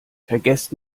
vergesst